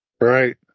Right